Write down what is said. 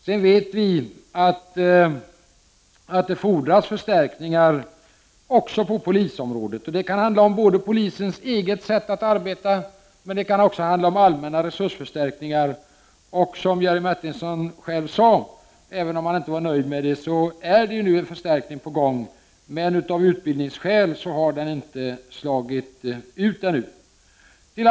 Vi vet att det fordras förstärkningar även på polisområdet. Det kan handla om både förstärkningar i fråga om polisens eget sätt att arbeta och om allmänna resursförstärkningar. Som Jerry Martinger sade är det ju nu en förstärkning på gång, även om han inte var nöjd med detta. Men på grund av faktorer som hänger samman med utbildningen har dessa insatser inte givit något utslag ännu.